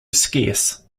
scarce